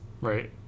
Right